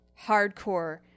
hardcore